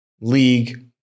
league